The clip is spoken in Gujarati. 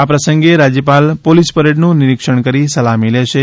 આ પ્રસંગે રાજ્યપાલ પોલીસ પરેડનું નિરીક્ષણ કરી સલામી લેશે